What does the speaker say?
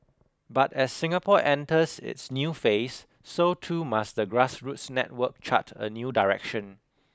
but as Singapore enters its new phase so too must the grassroots network chart a new direction